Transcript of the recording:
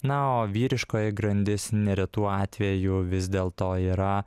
na o vyriškoji grandis neretu atveju vis dėlto yra